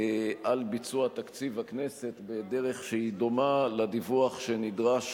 על ביצוע תקציב הכנסת בדרך שהיא דומה לדיווח שנדרש